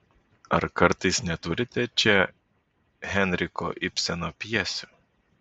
ar kartais neturite čia henriko ibseno pjesių